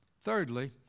thirdly